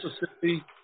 Mississippi